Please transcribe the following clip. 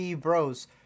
bros